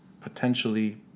potentially